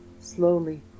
Slowly